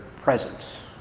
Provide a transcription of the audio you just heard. presence